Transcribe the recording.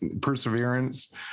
perseverance